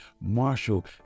Marshall